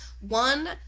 one